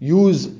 use